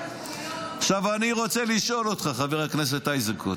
עכשיו אני רוצה לשאול אותך, חבר הכנסת איזנקוט.